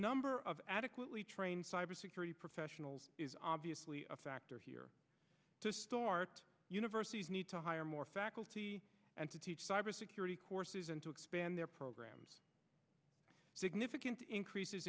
number of adequately trained cybersecurity professionals is obviously a factor here universities need to hire more faculty and to teach cybersecurity courses and to expand their programs significant increases